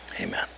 Amen